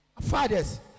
fathers